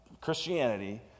Christianity